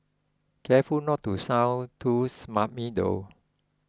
careful not to sound too smarmy though